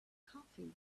coffee